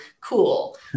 cool